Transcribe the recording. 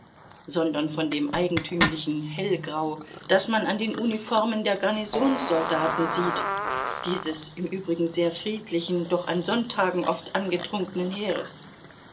sondern von dem eigentümlichen hellgrau das man an den uniformen der garnisonsoldaten sieht dieses im übrigen sehr friedlichen doch an sonntagen oft angetrunkenen heeres